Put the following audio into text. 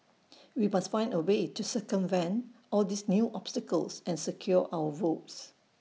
we must find A way to circumvent all these new obstacles and secure our votes